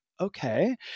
okay